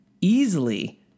easily